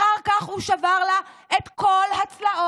אחר כך הוא שבר לה את כל הצלעות.